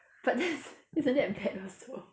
but that's isn't that bad also